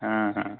हाँ हाँ